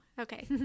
okay